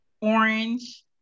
orange